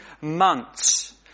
months